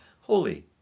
holy